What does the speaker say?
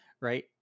right